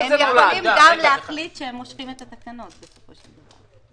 הם יכולים גם להחליט שהם מושכים את התקנות בסופו של דבר.